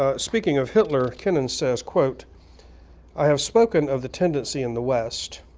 ah speaking of hitler, kennan says, quote i have spoken of the tendency in the west,